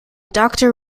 doctor